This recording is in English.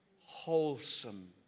wholesome